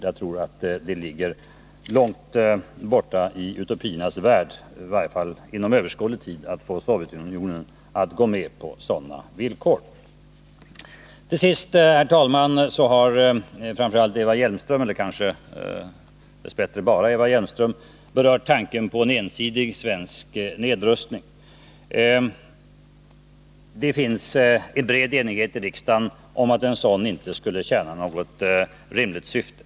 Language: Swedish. Jag tror att det ligger långt borta i utopiernas värld att få Sovjetunionen att gå med på sådana villkor. Framför allt Eva Hjelmström — eller kanske dess bättre bara Eva Hjelmström — berörde tanken på en ensidig svensk nedrustning. Det finns en bred enighet i riksdagen om att en sådan inte skulle tjäna något rimligt syfte.